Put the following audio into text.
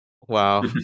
Wow